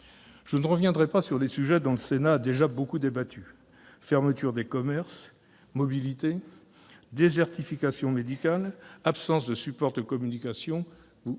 Je ne reviendrai pas sur les sujets dont le Sénat a déjà beaucoup débattu- fermeture des commerces, mobilité, désertification médicale, absence de supports de communication -, vous